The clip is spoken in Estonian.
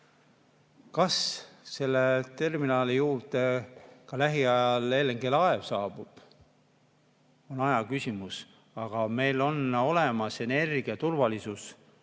Kas selle terminali juurde lähiajal ka LNG-laev saabub, on aja küsimus. Aga meil on olemas energiaturvalisus,